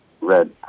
red